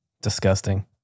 Disgusting